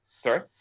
Sorry